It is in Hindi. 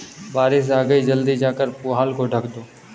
बारिश आ गई जल्दी जाकर पुआल को ढक दो